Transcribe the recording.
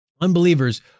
Unbelievers